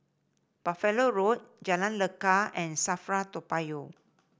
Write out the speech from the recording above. Buffalo Road Jalan Lekar and Safra Toa Payoh